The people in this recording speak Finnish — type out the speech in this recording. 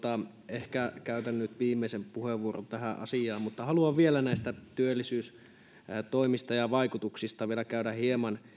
ehkä käytän nyt viimeisen puheenvuoron tähän asiaan haluan vielä näistä työllisyystoimista ja vaikutuksista käydä hieman